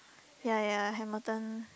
ya ya Hamilton